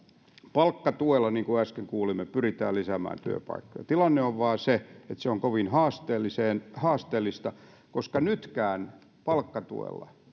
palkkatuella niin kuin äsken kuulimme pyritään lisäämään työpaikkoja tilanne on vain se että se on kovin haasteellista koska nytkään palkkatuella